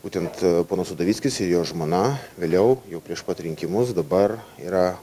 būtent ponas udovickis ir jo žmona vėliau jau prieš pat rinkimus dabar yra